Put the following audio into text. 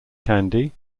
candy